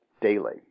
daily